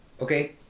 Okay